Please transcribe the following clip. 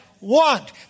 Want